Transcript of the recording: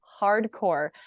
hardcore